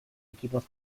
equipos